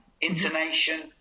intonation